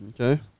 Okay